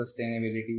sustainability